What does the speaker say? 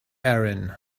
erin